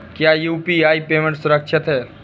क्या UPI payment सुरक्षित है?